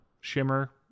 shimmer